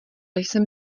jsem